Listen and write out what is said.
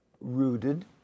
rooted